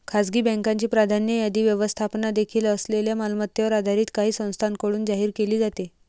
खासगी बँकांची प्राधान्य यादी व्यवस्थापनाखाली असलेल्या मालमत्तेवर आधारित काही संस्थांकडून जाहीर केली जाते